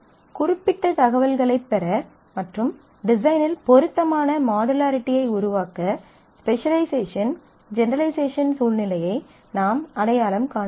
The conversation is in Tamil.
குறிப்பிட்ட தகவல்களைப் பெற மற்றும் டிசைனில் பொருத்தமான மாடுலரிட்டி ஐ உருவாக்க ஸ்பெசலைசேஷன் ஜெனெரலைசேஷன் சூழ்நிலையை நாம் அடையாளம் காண வேண்டும்